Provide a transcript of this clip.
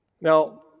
Now